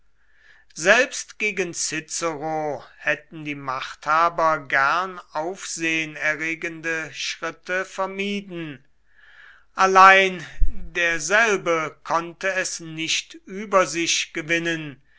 selbst gegen cicero hätten die machthaber gern aufsehen erregende schritte vermieden allein derselbe konnte es nicht über sich gewinnen